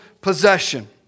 possession